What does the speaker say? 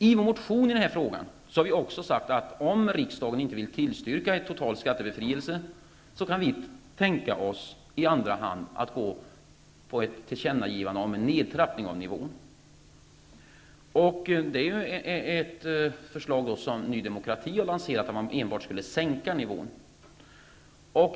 I vår motion i den här frågan har vi också sagt att vi, om riksdagen inte vill tillstyrka ett förslag om total skattebefrielse, i andra hand kan tänka oss ett tillkännagivande om en nedtrappning av nivån. Ny demokrati har lanserat förslaget att enbart sänka nivån.